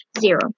zero